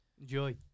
Enjoy